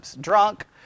drunk